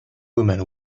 woman